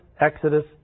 Exodus